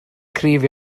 cryf